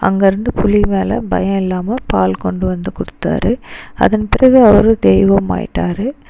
அங்கே இருந்து புலி மேலே பயம் இல்லாமல் பால் கொண்டு வந்து கொடுத்தாரு அதன் பிறகு அவரும் தெய்வம் ஆகிட்டாரு